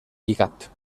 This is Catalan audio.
lligat